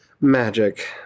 Magic